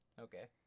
Okay